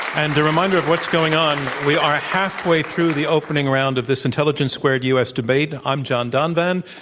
and a reminder of what's going on, we are halfway through the opening round of this intelligence squared u. s. debate. i'm john donvan.